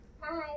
Hi